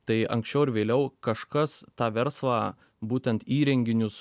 tai anksčiau ar vėliau kažkas tą verslą būtent įrenginius